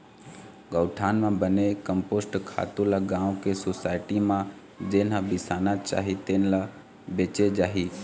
गउठान म बने कम्पोस्ट खातू ल गाँव के सुसायटी म जेन ह बिसाना चाही तेन ल बेचे जाही